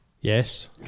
Yes